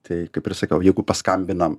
tai kaip ir sakiau jeigu paskambinam